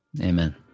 Amen